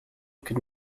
could